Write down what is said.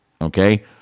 Okay